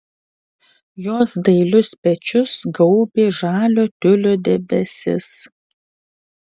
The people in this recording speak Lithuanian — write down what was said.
jos dailius pečius gaubė žalio tiulio debesis